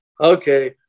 okay